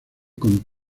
con